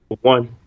one